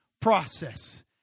process